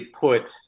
put